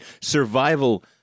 survival